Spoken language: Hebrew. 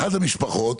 אחת המשפחות,